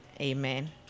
Amen